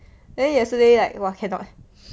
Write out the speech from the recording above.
then yesterday like !wah! cannot